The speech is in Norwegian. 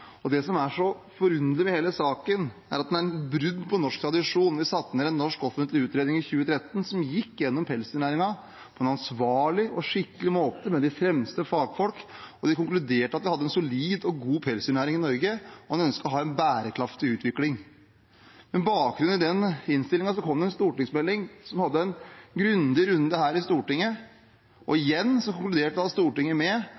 og det som er så forunderlig med hele saken, er at den er et brudd på norsk tradisjon. Vi satte i 2013 ned et NOU-utvalg, som gikk gjennom pelsdyrnæringen på en ansvarlig og skikkelig måte, med de fremste fagfolk, og de konkluderte med at vi hadde en solid og god pelsdyrnæring i Norge, og en ønsket å ha en bærekraftig utvikling. Med bakgrunn i den innstillingen kom det en stortingsmelding som vi hadde en grundig runde på her i Stortinget, og igjen konkluderte Stortinget med